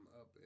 up